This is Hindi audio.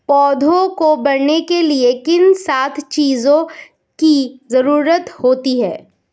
पौधों को बढ़ने के लिए किन सात चीजों की जरूरत होती है?